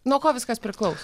nuo ko viskas priklauso